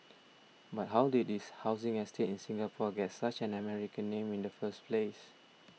but how did this housing estate in Singapore get such an American name in the first place